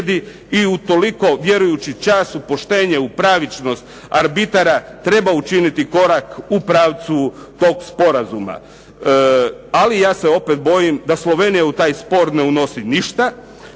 i utoliko vjerujući času poštenja u pravičnost arbitara treba učiniti korak u pravcu tog sporazuma. Ali ja se opet bojim da Slovenija u taj spora ne unosi ništa,